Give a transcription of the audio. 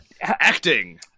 acting